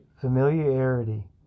Familiarity